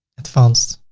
advanced.